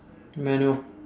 manual